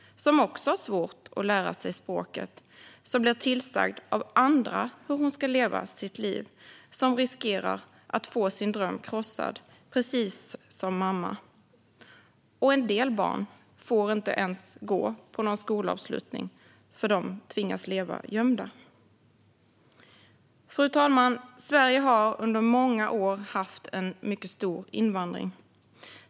Även hon har svårt att lära sig språket och blir tillsagd av andra hur hon ska leva sitt liv. Hon riskerar att få sin dröm krossad, precis som mamma. En del barn får inte ens gå på någon skolavslutning eftersom de tvingas leva gömda. Fru talman! Sverige har under många år haft en mycket stor invandring.